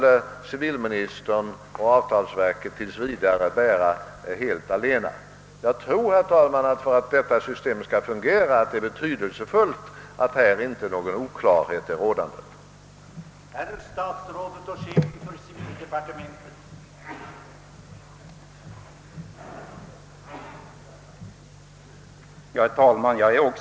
Civilministern och avtalsverket får alltså tills vidare reellt ta hela ansvaret. Skall systemet fungera, herr talman, är det enligt min mening betydelsefullt att någon oklarhet inte råder på denna punkt.